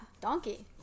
donkey